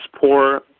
poor